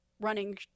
running